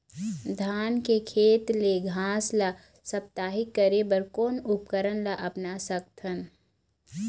धान के खेत ले घास ला साप्ताहिक करे बर कोन उपकरण ला अपना सकथन?